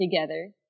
together